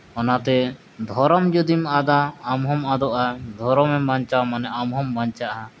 ᱚᱱᱟᱛᱮ ᱫᱷᱚᱨᱚᱢ ᱡᱩᱫᱤᱢ ᱟᱫᱟ ᱟᱢ ᱦᱚᱢ ᱟᱫᱚᱜᱼᱟ ᱫᱷᱚᱨᱚᱢᱮᱢ ᱵᱟᱧᱪᱟᱣᱟ ᱢᱟᱱᱮ ᱟᱢ ᱦᱚᱢ ᱵᱟᱧᱪᱟᱜᱼᱟ